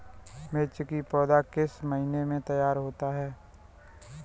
मिर्च की पौधा किस महीने में तैयार होता है?